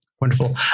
Wonderful